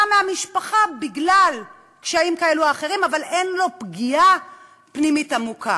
מהמשפחה בגלל קשיים כאלה או אחרים אבל אין לו פגיעה פנימית עמוקה.